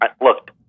Look